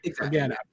Again